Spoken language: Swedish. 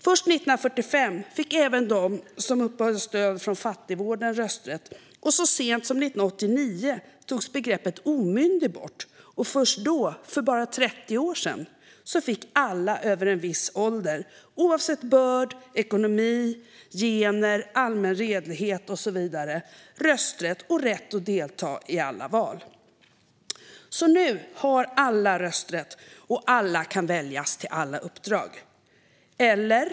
Först 1945 fick även de som uppehöll stöd från fattigvården rösträtt, och så sent som 1989 togs begreppet omyndigförklarad bort. Först då, för bara 30 år sedan, fick alla över en viss ålder, oavsett börd, ekonomi, gener, allmän redlighet och så vidare, rösträtt och rätt att delta i alla val. Så nu har alla rösträtt, och alla kan väljas till alla uppdrag, eller?